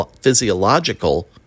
physiological